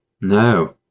no